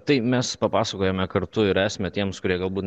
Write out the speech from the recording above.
tai mes papasakojome kartu ir esmę tiems kurie galbūt